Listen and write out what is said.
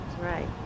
Right